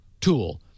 tool